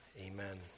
Amen